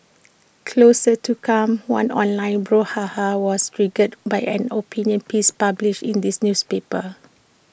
closer to come one online brouhaha was triggered by an opinion piece published in this newspaper